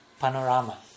panorama